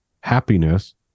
happiness